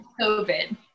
COVID